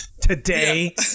today